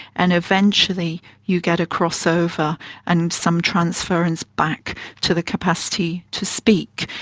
and eventually you get a crossover and some transference back to the capacity to speak.